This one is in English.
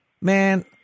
man